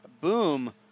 boom